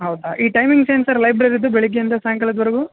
ಹೌದಾ ಈ ಟೈಮಿಂಗ್ಸ್ ಏನು ಸರ್ ಲೈಬ್ರರಿದು ಬೆಳಿಗ್ಗೆಯಿಂದ ಸಾಯಂಕಾಲದ್ವರೆಗೂ